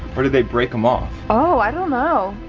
but did they break them off? oh i don't know.